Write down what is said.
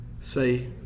say